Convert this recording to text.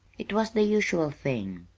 it was the usual thing.